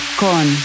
con